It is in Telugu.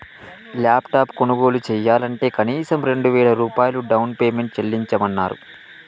ల్యాప్టాప్ కొనుగోలు చెయ్యాలంటే కనీసం రెండు వేల రూపాయలు డౌన్ పేమెంట్ చెల్లించమన్నరు